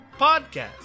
podcast